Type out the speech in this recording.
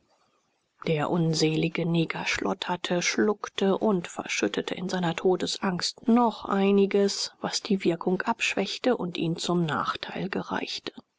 der unselige neger schlotterte schluckte und verschüttete in seiner todesangst noch einiges was die wirkung abschwächte und ihm zum nachteil gereichte